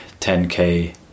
10k